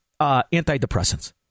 antidepressants